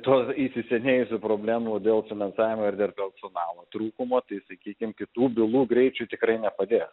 to įsisenėjusių problemų dėl finansavimo ir dėl personalo trūkumo tai sakykim kitų bylų greičiui tikrai nepadės